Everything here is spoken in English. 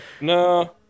no